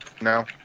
No